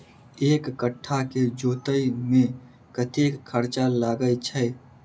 एक कट्ठा केँ जोतय मे कतेक खर्चा लागै छै?